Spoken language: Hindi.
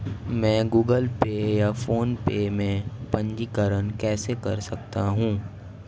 मैं गूगल पे या फोनपे में पंजीकरण कैसे कर सकता हूँ?